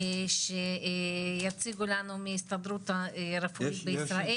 שיציגו לנו מההסתדרות הרפואית בישראל.